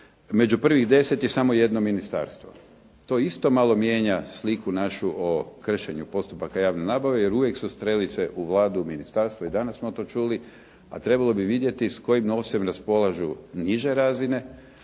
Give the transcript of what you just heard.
među prvih deset je samo jedno ministarstvo. To isto malo mijenja sliku našu o kršenju postupaka javne nabave jer uvijek su strelice u Vladu, u ministarstvo i danas smo to čuli, a trebalo bi vidjeti s kojim novcem raspolažu niže razine